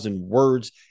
words